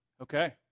Okay